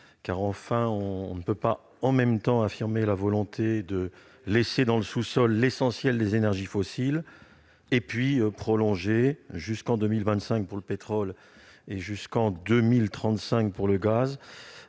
actes : on ne peut pas, en même temps, affirmer la volonté de laisser dans le sous-sol l'essentiel des énergies fossiles et prolonger, jusqu'en 2025 pour le pétrole et jusqu'en 2035 pour le gaz,